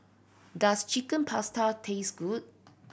does Chicken Pasta taste good